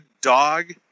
dog